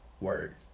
Word